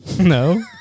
No